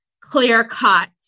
clear-cut